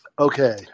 okay